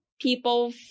people